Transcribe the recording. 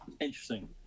interesting